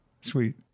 Sweet